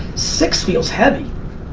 six feels heavy.